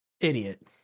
idiot